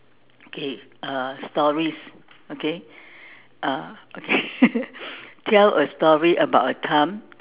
okay uh stories okay uh okay tell a story a time